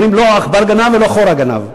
אומרים: לא עכברא גנב אלא חורא גנב.